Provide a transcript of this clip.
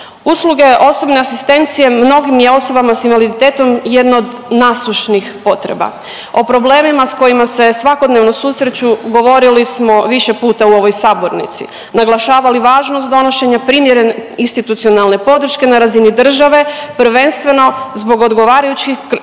Usluge osobne asistencije mnogim je osobama s invaliditetom jedno od nasušnih potreba. O problemima s kojima se svakodnevno susreću govorili smo više puta u ovoj sabornici. Naglašavali važnost donošenja primjeren institucionalne podrške na razini države, prvenstveno zbog odgovarajućih zakonske